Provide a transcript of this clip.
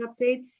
update